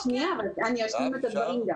שנייה, אני אשלים את הדברים.